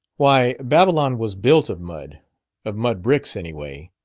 why, babylon was built of mud of mud bricks, anyway.